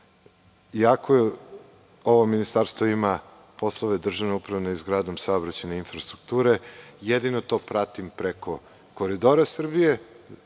iako ovo ministarstvo ima poslove državne uprave nad izgradnjom saobraćajne infrastrukture, jedino to pratim preko „Koridora Srbije“